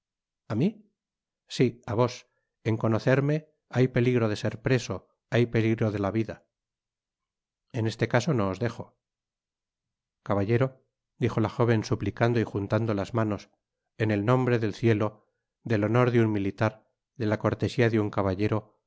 a mi si á vos en conocerme hay peligro de ser preso hay peligro de la vida en este caso no os dejo caballero dijo la jóven suplicando y juntando las manos en nombre del cielo del honor de un militar de la cortesía de un caballero